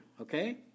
Okay